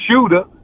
shooter